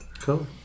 Cool